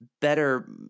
better